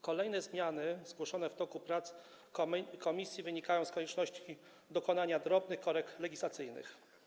Kolejne zmiany zgłoszone w toku prac komisji wynikały z konieczności dokonania drobnych korekt legislacyjnych.